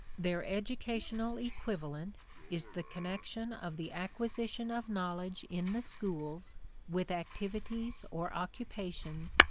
their educational equivalent is the connection of the acquisition of knowledge in the schools with activities, or occupations,